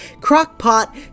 Crock-Pot